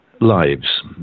lives